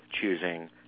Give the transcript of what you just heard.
choosing